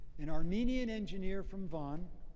an armenian engineer from von.